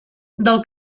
del